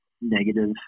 negative